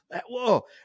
Whoa